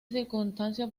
circunstancia